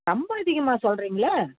ரொம்ப அதிகமாக சொல்கிறிங்களே